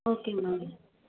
okay ma'am